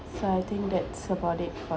so I think that's about it for